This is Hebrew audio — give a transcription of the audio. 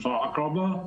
מכפר עקראבה.